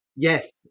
Yes